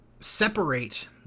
separate